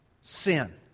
sin